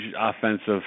offensive